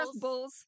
bulls